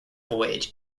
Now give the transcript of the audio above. voyage